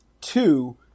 Two